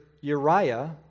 Uriah